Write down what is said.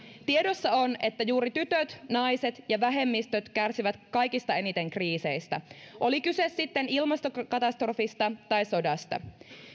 tiedossa on että juuri tytöt naiset ja vähemmistöt kärsivät kaikista eniten kriiseistä oli kyse sitten ilmastokatastrofista tai sodasta